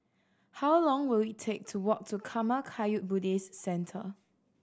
how long will it take to walk to Karma Kagyud Buddhist Centre